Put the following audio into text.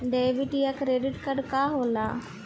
Debit या credit card का होला?